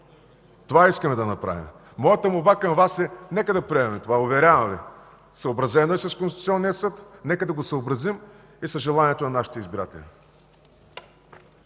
Това искаме да направим. Молбата ми към Вас е да приемем това. Уверявам Ви, съобразено е с Конституционния съд, нека да го съобразим и с желанието на нашите избиратели.